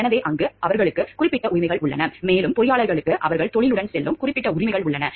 எனவே அங்கு அவர்களுக்கு குறிப்பிட்ட உரிமைகள் உள்ளன மேலும் பொறியாளர்களுக்கு அவர்களின் தொழிலுடன் செல்லும் குறிப்பிட்ட உரிமைகள் உள்ளன